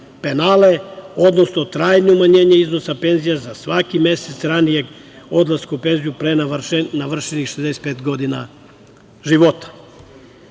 odnosno trajno umanjenje iznosa penzija za svaki mesec ranijeg odlaska u penziju pre navrešenih 65 godina života. Imajući